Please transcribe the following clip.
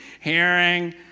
hearing